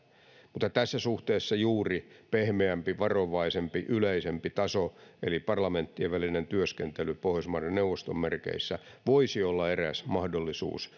mutta tässä suhteessa juuri pehmeämpi varovaisempi yleisempi taso eli parlamenttien välinen työskentely pohjoismaiden neuvoston merkeissä voisi olla eräs mahdollisuus